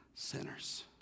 sinners